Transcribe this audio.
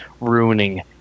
ruining